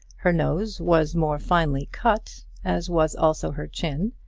her nose was more finely cut, as was also her chin,